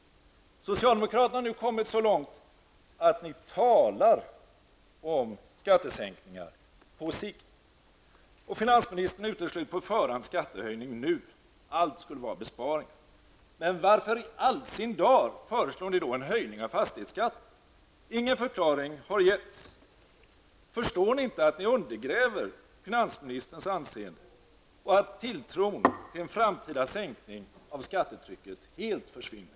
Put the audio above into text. Socialdemokraterna har nu kommit så långt att de talar om skattesänkningar på sikt. Finansministern utesluter på förhand skattehöjning nu. Allt skulle vara besparingar. Men varför i all sin dar föreslår ni då en höjning av fastighetsskatten? Ingen förklaring har getts. Förstår ni inte att ni undergräver finansministerns anseende och att tilltron till en framtida sänkning av skattetrycket helt försvinner?